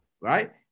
right